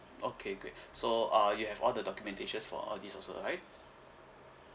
okay great so uh you have all the documentations for all these also right